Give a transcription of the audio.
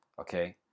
okay